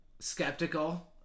skeptical